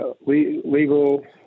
Legal